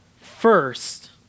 First